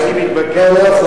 הוא רצה לחתום עליו ערבות.